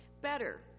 better